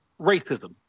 racism